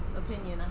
opinion